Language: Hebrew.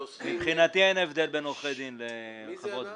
--- מבחינתי אין הבדל בין עורכי דין לחברות גבייה.